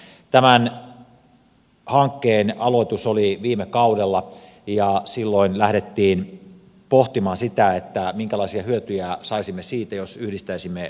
tämän hankkeen aloitus oli viime kaudella ja silloin lähdettiin pohtimaan sitä minkälaisia hyötyjä saisimme siitä jos yhdistäisimme voimavarojamme